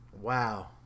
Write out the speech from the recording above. Wow